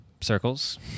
circles